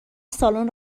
سالن